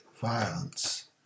violence